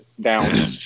down